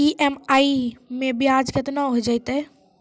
EMI मैं ब्याज केतना हो जयतै?